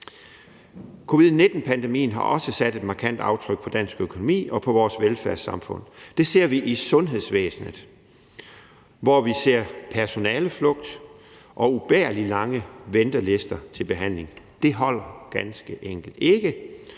Covid-19-pandemien har også sat et markant aftryk på dansk økonomi og på vores velfærdssamfund. Det ser vi i sundhedsvæsenet, hvor vi ser personaleflugt og ubærlig lange ventelister til behandling. Det holder ganske enkelt ikke.